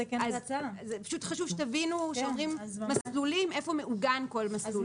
חשוב שתבינו שכשאומרים מסלולים איפה מעוגן כל מסלול כזה.